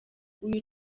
uyu